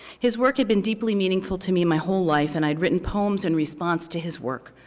his work had been deeply meaningful to me my whole life, and i had written poems in response to his work.